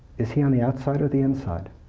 is he on the outside or the inside?